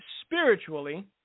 spiritually